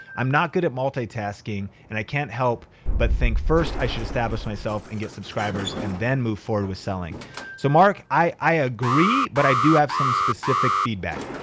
i'm not good at multitasking and i can't help but think first i should establish myself and get subscribers and then move forward with selling so mark, i agree, but i do have some specific feedback.